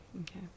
Okay